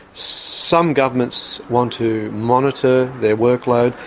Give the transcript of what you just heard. some governments want to monitor their workload.